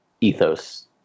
ethos